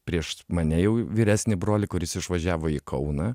prieš mane jau vyresnį brolį kuris išvažiavo į kauną